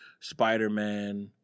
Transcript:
Spider-Man